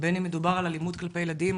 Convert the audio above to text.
בין אם מדובר על אלימות כלפי ילדים,